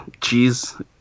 cheese